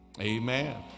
amen